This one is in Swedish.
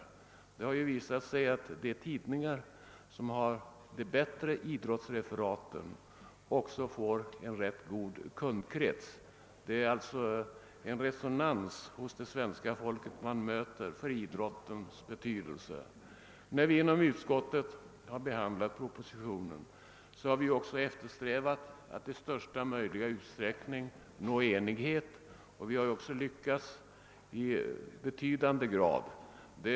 Det har visat sig att de tidningar som har de bättre idrottsreferaten också får en rätt god läsekrets. Man möter alltså stor resonans hos svenska folket när man talar om idrottens betydelse. När vi inom utskottet har behandlat propositionen har vi eftersträvat att i största utsträckning nå enighet, och vi har lyckats härmed i betydande grad.